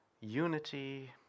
unity